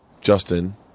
Justin